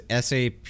sap